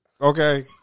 Okay